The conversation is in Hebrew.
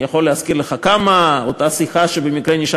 אני יכול להזכיר לך כמה: אותה שיחה שבמקרה נשאר